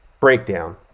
breakdown